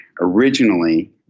originally